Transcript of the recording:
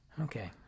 okay